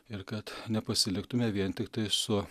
ir kad nepasiliktume vien tiktai su